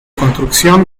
construcción